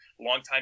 longtime